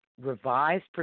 revised